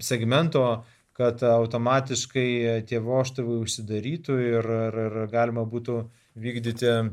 segmentų ką tau automatiškai tie vožtuvai užsidarytų ir ar galima būtų vykdyti